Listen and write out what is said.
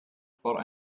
for